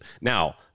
Now